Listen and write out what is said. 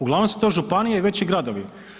Uglavnom su to županije i veći gradovi.